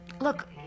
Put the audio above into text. look